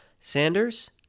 Sanders